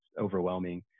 overwhelming